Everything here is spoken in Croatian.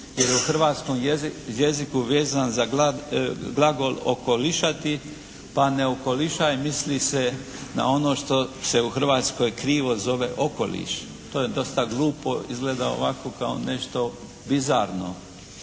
je u hrvatskom jeziku vezan uz glagol okolišati, pa ne okolišaj misli se na ono što se u Hrvatskoj krivo zove okoliš. To je dosta glupo, izgleda ovako kao nešto bizarno.